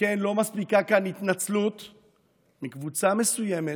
וכן לא מספיקה כאן התנצלות של קבוצה מסוימת,